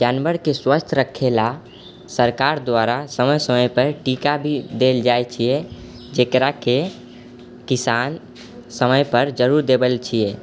जानवरके स्वस्थ रखेला सरकार द्वारा समय समयपर टीका भी देल जाइ छिए जकराके किसान समयपर जरूर देबैले छिए